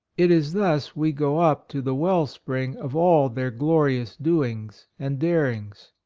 it is thus we go up to the well spring of all their glorious doings and darings.